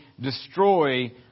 destroy